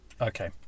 Okay